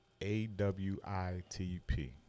A-W-I-T-P